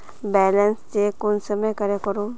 Balance check कुंसम करे करूम?